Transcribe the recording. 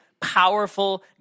powerful